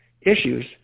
issues